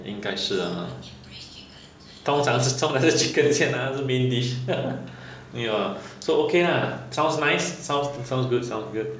应该是 lah ha 通常是通常是 chicken 先 ah 它是 main dish ya so okay lah sounds nice sounds sounds good sounds good